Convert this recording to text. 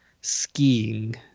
Skiing